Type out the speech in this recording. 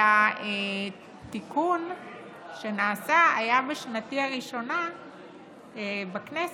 שהתיקון שנעשה היה בשנתי הראשונה בכנסת,